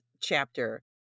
chapter